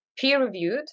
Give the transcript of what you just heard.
peer-reviewed